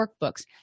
workbooks